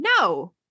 No